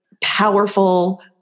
powerful